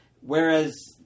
whereas